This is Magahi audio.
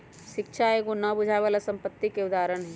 शिक्षा एगो न बुझाय बला संपत्ति के उदाहरण हई